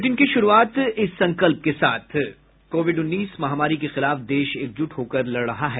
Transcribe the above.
bulletin की शुरूआत इस संकल्प के साथ कोविड उन्नीस महामारी के खिलाफ देश एकजुट होकर लड़ रहा है